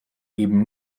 eben